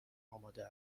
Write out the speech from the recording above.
آماده